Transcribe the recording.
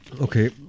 Okay